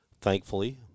Thankfully